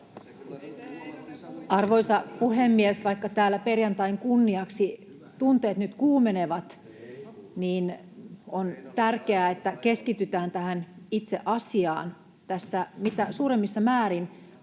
Arvoisa puhemies! Vaikka täällä perjantain kunniaksi tunteet nyt kuumenevat, on tärkeää, että keskitytään tähän itse asiaan. Tässä mitä suurimmissa määrin